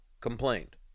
complained